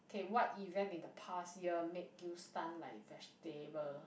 okay what event in the past year make you stun like vegetable